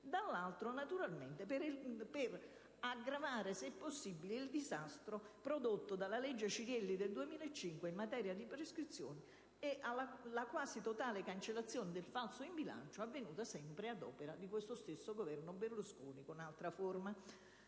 dall'altra parte, per aggravare, se possibile, il disastro prodotto dalla legge ex Cirielli del 2005 in materia di prescrizione e dalla quasi totale cancellazione del falso in bilancio, avvenuta sempre ad opera del Governo Berlusconi nella XIV